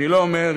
אני לא אומר,